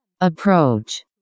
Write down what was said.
Approach